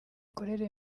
imikorere